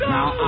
Now